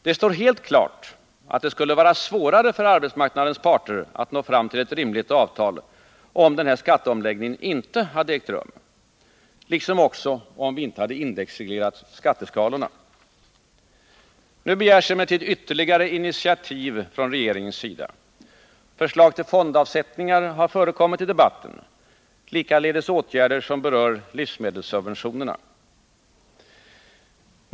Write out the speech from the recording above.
Det står helt klart att det skulle vara svårare för arbetsmarknadens parter att nå fram till ett rimligt avtal, om denna skatteomläggning inte hade ägt rum, liksom också om vi inte hade indexreglerat skatteskalorna. Nu begärs emellertid ytterligare initiativ från regeringens sida. Förslag till fondavsättningar har förekommit i debatten. Likaledes åtgärder som berör livsmedelssubventionerna.